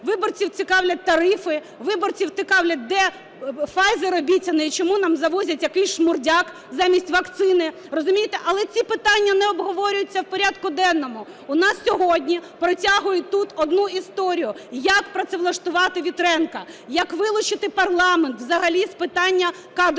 Виборців цікавлять тарифи. Виборців цікавить, де Pfizer обіцяний, і чому нам завозять якийсь шмурдяк замість вакцини, розумієте? Але ці питання не обговорюються в порядку денному. У нас сьогодні протягують тут одну історію – як працевлаштувати Вітренка? Як вилучити парламент взагалі з питання кадрової